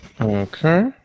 okay